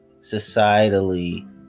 societally